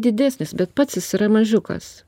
didesnis bet pats jis yra mažiukas